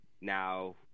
now